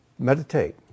Meditate